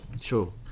Sure